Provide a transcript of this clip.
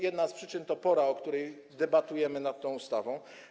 Jedna z przyczyn to pora, o której debatujemy nad tą ustawą.